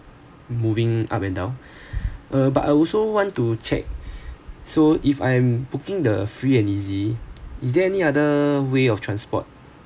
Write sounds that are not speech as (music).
moving up and down (breath) ah but I also want to check so if I'm booking the free and easy is there any other way of transport